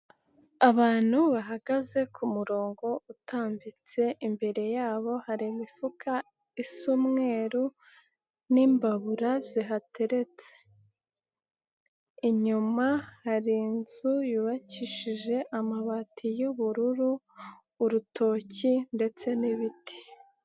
Abantu bahagaze ku murongo utambitse imbere yabo hari imifuka isa umweru n'imbabura zihateretse inyuma hari inzu yubakishije amabati y'ubururu, urutoki ndetse n'ibiti.